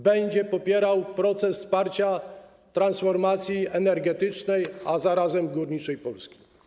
Będzie popierał proces wsparcia transformacji energetycznej, a zarazem górniczej Polski.